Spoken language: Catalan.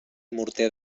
morter